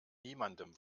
niemandem